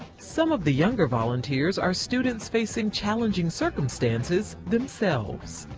some of the younger volunteers are students facing challenging circumstances themselves.